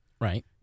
Right